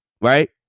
Right